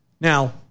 Now